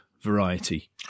variety